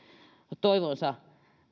toivonsa